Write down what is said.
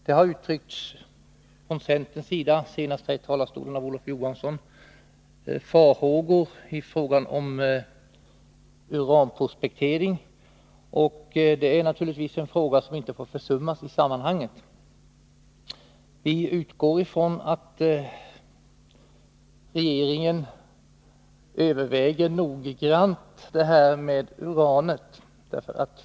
Det har uttryckts från centerns sida, senast här i talarstolen av Olof Johansson, farhågor i fråga om uranprospektering. Och det är naturligtvis en fråga som inte får försummas i sammanhanget. Vi utgår från att regeringen noggrant överväger frågan om uran.